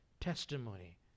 testimony